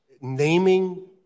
naming